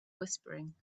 whispering